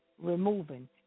removing